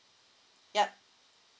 yup